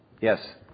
Yes